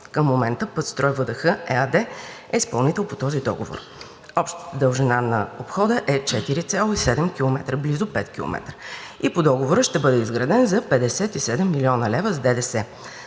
Към момента „Пътстрой ВДХ“ ЕАД е изпълнител по този договор. Общата дължина на обхода е 4,7 км – близо 5 км, и по договора ще бъде изграден за 57 млн. лв. с ДДС.